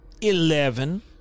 Eleven